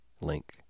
link